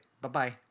bye-bye